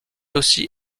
aussi